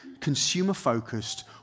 consumer-focused